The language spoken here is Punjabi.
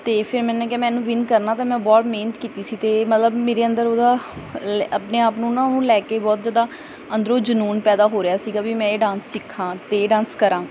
ਅਤੇ ਫਿਰ ਮੈਨੂੰ ਲੱਗਿਆ ਕਿ ਮੈਂ ਇਹ ਨੂੰ ਵਿਨ ਕਰਨਾ ਤਾਂ ਮੈਂ ਬਹੁਤ ਮਿਹਨਤ ਕੀਤੀ ਸੀ ਅਤੇ ਮਤਲਬ ਮੇਰੇ ਅੰਦਰ ਉਹਦਾ ਆਪਣੇ ਆਪ ਨੂੰ ਨਾ ਉਹਨੂੰ ਲੈ ਕੇ ਬਹੁਤ ਜ਼ਿਆਦਾ ਅੰਦਰੋਂ ਜਨੂੰਨ ਪੈਦਾ ਹੋ ਰਿਹਾ ਸੀਗਾ ਵੀ ਮੈਂ ਇਹ ਡਾਂਸ ਸਿੱਖਾਂ ਅਤੇ ਇਹ ਡਾਂਸ ਕਰਾਂ